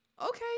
okay